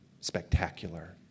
spectacular